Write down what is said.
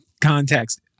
context